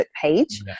page